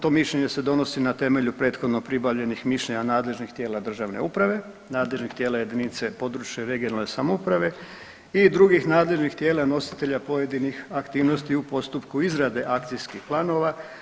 To mišljenje se donosi na temelju prethodno pribavljenih mišljenja nadležnih tijela državne uprave, nadležnih tijela jedinica područne (regionalne) samouprave i drugih nadležnih tijela nositelja pojedinih aktivnosti u postupku izrade akcijskih planova.